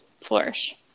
flourish